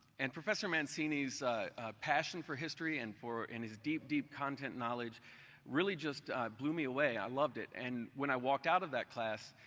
and professor mancini's passion for history and and his deep, deep content knowledge really just blew me away. i loved it and when i walked out of that class,